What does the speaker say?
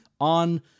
on